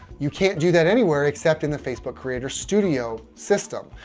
you can't do that anywhere except in the facebook creator studio system.